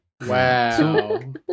wow